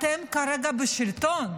אתם כרגע בשלטון,